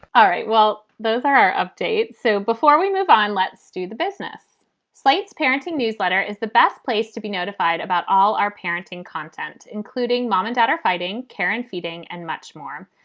all right. well, those are updates so before we move on, let's do the business sleights parenting newsletter is the best place to be notified about all our parenting content, including mom and dad are fighting care and feeding and much more.